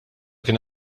kien